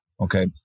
Okay